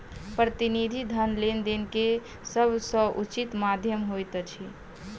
प्रतिनिधि धन लेन देन के सभ सॅ उचित माध्यम होइत अछि